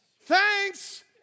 Thanks